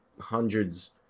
hundreds